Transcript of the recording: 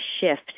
shift